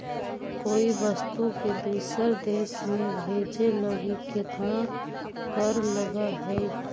कोई वस्तु के दूसर देश में भेजे लगी केतना कर लगऽ हइ?